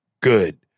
Good